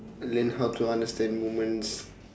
then how to understand womans